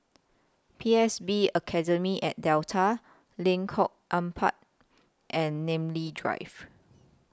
P S B Academy At Delta Lengkok Empat and Namly Drive